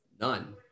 None